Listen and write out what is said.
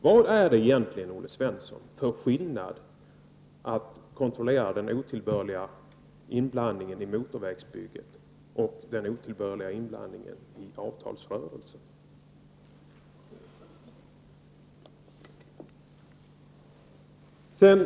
Vad är det egentligen för skillnad, Olle Svensson, mellan att kontrollera den otillbörliga inblandningen i motorvägsbygget och att kontrollera den otillbörliga inblandningen i avtalsrörelsen?